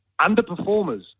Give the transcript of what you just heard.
underperformers